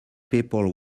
people